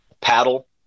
Paddle